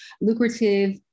lucrative